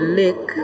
lake